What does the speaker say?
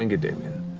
i mean get damien.